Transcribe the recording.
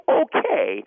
okay